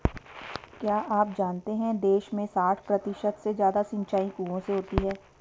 क्या आप जानते है देश में साठ प्रतिशत से ज़्यादा सिंचाई कुओं से होती है?